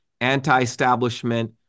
anti-establishment